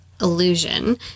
illusion